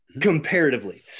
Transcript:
comparatively